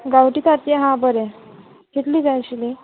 गांवठी तातयां आ बरें कितली जाय आशिल्ली